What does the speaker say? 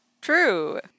True